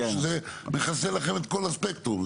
או שזה מכסה לכם את כל הספקטרום?